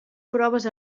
proves